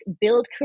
build